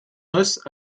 noces